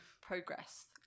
progress